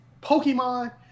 Pokemon